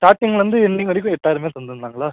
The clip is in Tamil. ஸ்டாட்டிங்லேருந்து எண்டிங் வரைக்கும் எட்டாயிரமே தந்துருந்தாங்களா